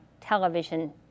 television